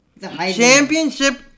Championship